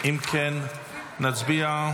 הצעת החוק בקריאה שנייה.